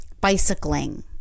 bicycling